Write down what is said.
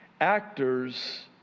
actors